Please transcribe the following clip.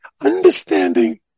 understanding